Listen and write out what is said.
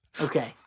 Okay